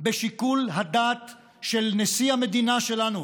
של שיקול הדעת של נשיא המדינה שלנו,